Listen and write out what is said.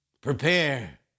Prepare